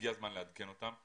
והגיע הזמן לעדכן אותם.